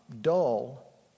dull